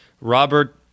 Robert